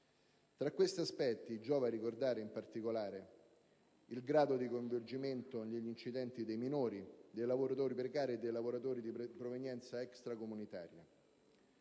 Tra questi aspetti giova ricordare in particolare: il grado di coinvolgimento negli incidenti dei minori, dei lavoratori precari e dei lavoratori di provenienza extracomunitaria;